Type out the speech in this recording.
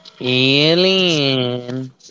alien